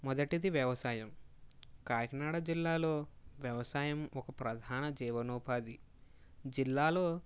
మొదటిది వ్యవసాయం కాకినాడ జిల్లాలో వ్యవసాయం ఒక ప్రధాన జీవనోపాధి జిల్లాలో